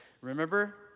Remember